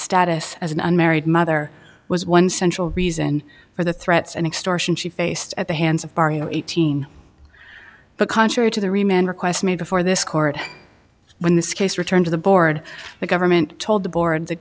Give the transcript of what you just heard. status as an unmarried mother was one central reason for the threats and extortion she faced at the hands of barrio eighteen but contrary to the remained requests made before this court when this case returned to the board the government told the board th